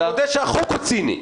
אני מודה שהחוק הוא ציני.